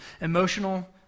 emotional